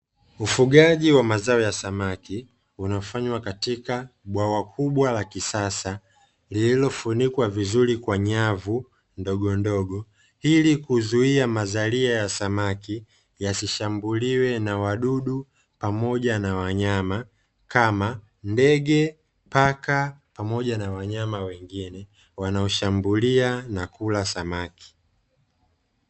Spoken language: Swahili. Ufugaji wa mazao ya samaki unafanywa katika bwawa kubwa la kisasa lililofunikwa vizuri kwa nyavu ndogondogo, ili kuzuia mazalia ya samaki yasishambuliwe na wadudu pamoja na wanyama kama ndege, paka, pamoja na wanyama wengine wanaoshambulia na kula samaki.